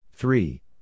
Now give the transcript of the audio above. Three